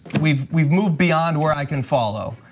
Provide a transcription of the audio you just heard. we've we've moved beyond where i can follow.